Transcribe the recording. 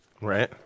Right